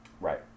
Right